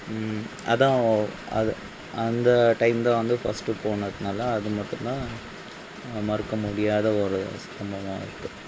அதுதான் அது அந்த டைம் தான் வந்து ஃபஸ்ட்டு போனதுனால் அது மட்டுந்தான் மறக்க முடியாத ஒரு சம்பவமாக இருக்குது